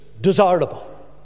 desirable